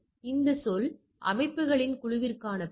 எனவே இது இருமுனை 95 ஆக இருந்தால் அது 28